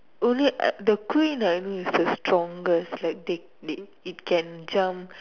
only uh the queen I know is the strongest like they they it it can jump